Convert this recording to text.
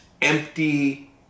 empty